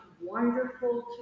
wonderful